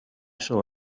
saw